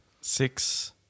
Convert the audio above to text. six